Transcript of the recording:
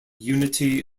unity